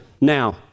Now